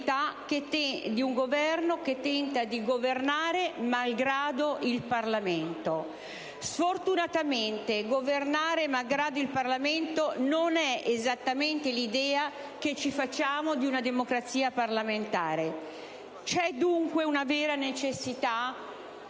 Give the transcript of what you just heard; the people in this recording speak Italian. di un Esecutivo che tenta di governare malgrado il Parlamento. Sfortunatamente, «governare malgrado il Parlamento» non è esattamente l'idea che ci facciamo di una democrazia parlamentare. C'è dunque una vera necessita?